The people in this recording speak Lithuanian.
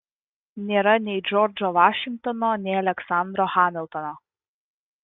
nėra nei džordžo vašingtono nei aleksandro hamiltono